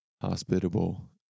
hospitable